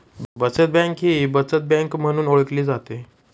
बचत बँक ही बचत बँक म्हणून ओळखली जाते